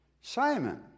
Simon